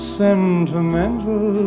sentimental